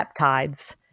peptides